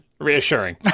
Reassuring